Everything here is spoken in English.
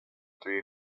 three